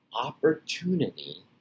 opportunity